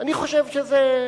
אני חושב שזאת